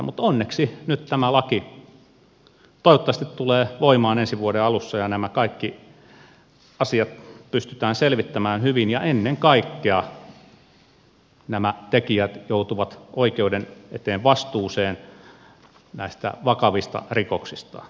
mutta onneksi nyt tämä laki toivottavasti tulee voimaan ensi vuoden alussa ja nämä kaikki asiat pystytään selvittämään hyvin ja ennen kaikkea nämä tekijät joutuvat oikeuden eteen vastuuseen näistä vakavista rikoksistaan